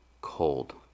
cold